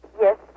Yes